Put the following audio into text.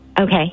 Okay